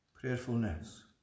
prayerfulness